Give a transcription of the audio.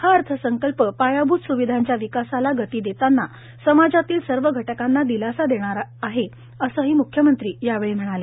हा अर्थसंकल्प पायाभूत सुविधांच्या विकासाला गती देतांना समाजातील सर्व घटकांना दिलासा देणारा आहे असेही मुख्यमंत्री यावेळी म्हणाले